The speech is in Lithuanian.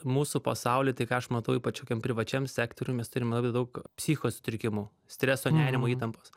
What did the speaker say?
mūsų pasauly tai ką aš matau ypač kokiam privačiam sektoriuj mes turim labai daug psichikos sutrikimų streso nerimo įtampos